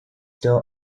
still